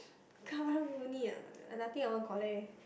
karang guni ah nothing I want to collect eh